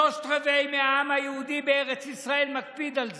שלושה רבעים מהעם היהודי בארץ ישראל מקפידים על זה.